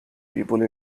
people